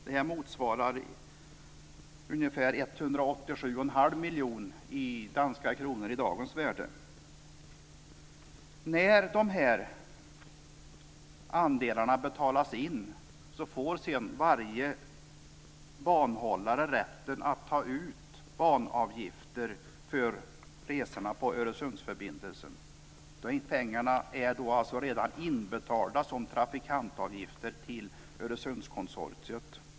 Det motsvarar ungefär 187 1⁄2 miljoner danska kronor i dagens värde. När andelarna betalas in får sedan varje banhållare rätten att ta ut banavgifter för resorna på Öresundsförbindelsen.